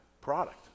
product